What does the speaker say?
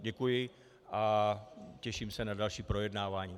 Děkuji a těším se na další projednávání.